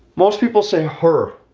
most people say her.